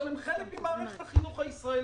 אבל הם חלק ממערכת החינוך הישראלית,